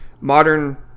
modern